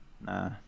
Nah